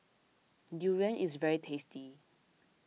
Durian is very tasty